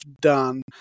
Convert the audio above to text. done